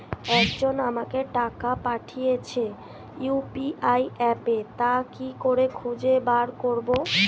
একজন আমাকে টাকা পাঠিয়েছে ইউ.পি.আই অ্যাপে তা কি করে খুঁজে বার করব?